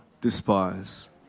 despise